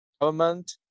government